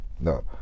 No